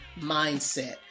mindset